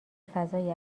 فضای